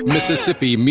Mississippi